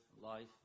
life